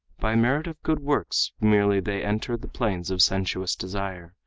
by merit of good works merely they enter the planes of sensuous desire,